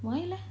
why leh